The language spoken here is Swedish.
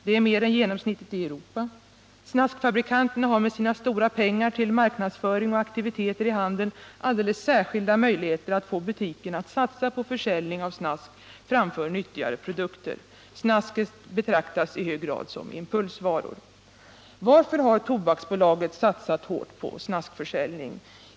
Det är mer än genomsnittet i Europa. Snaskfabrikanterna har med sina stora pengar till marknadsföring och aktiviteter i handeln alldeles särskilda möjligheter att få butikerna att satsa på försäljning av snask framför nyttigare produkter. Snasket betraktas i hög grad som impulsvaror. Varför har då Tobaksbolaget satsat hårt på snaskförsäljning?